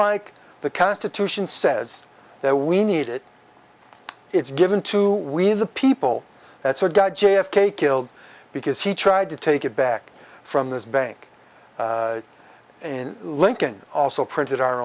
like the constitution says that we need it it's given to we the people that's our god j f k killed because he tried to take it back from this bank in lincoln also printed our